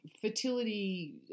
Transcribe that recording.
fertility